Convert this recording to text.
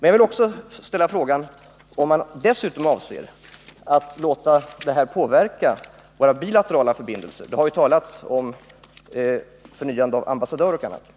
Jag vill slutligen fråga om regeringen dessutom avser att låta det som hänt påverka de bilaterala förbindelserna med Argentina — det har ju exempelvis talats om ny ambassadör i Buenos Aires.